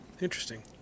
Interesting